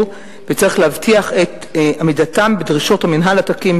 וצריך להבטיח את עמידתם בדרישות המינהל התקין,